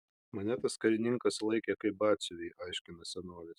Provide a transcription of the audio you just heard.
mane tas karininkas laikė kaip batsiuvį aiškina senolis